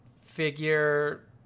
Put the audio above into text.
figure